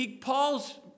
Paul's